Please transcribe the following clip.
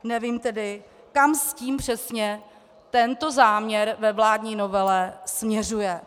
Nevím tedy, kam tím přesně tento záměr ve vládní novele směřuje.